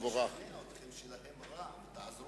ומתכחשים ליסודות של תהליך